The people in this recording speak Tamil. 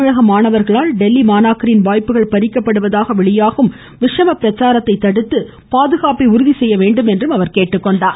தமிழக மாணவர்களால் தில்லி மாணாக்கரின் வாய்ப்புகள் பறிக்கப்படுவதாக வெளியாகும் விஷமப்பிரச்சாரத்தை தடுத்து பாதுகாப்பை உறுதி செய்ய வேண்டும் என கேட்டுக்கொண்டுள்ளார்